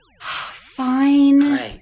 Fine